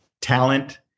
talent